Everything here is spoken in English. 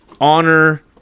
honor